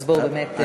אז בואו, באמת.